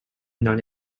non